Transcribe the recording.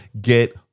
get